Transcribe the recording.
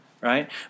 right